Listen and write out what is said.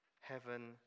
Heaven